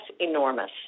enormous